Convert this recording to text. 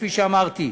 כפי שאמרתי,